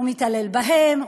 הוא מתעלל בהם,